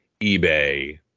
eBay